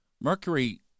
Mercury